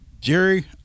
Jerry